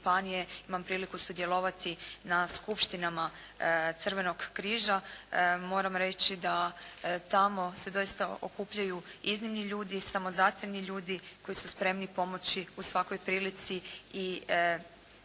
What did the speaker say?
imam priliku sudjelovati na skupštinama Crvenog križa moram reći da tamo se doista okupljaju iznimni ljudi, samozatajni ljudi koji su spremni pomoći u svakoj prilici i